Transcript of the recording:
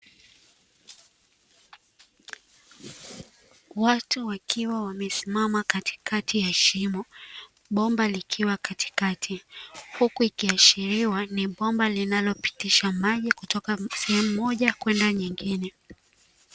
Watu wakiwa wamesimama katikati ya shimo, bomba likiwa katikati, huku ikiashiriwa ni bomba linalopitisha maji kutoka sehemu moja kwenda nyingine.